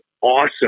awesome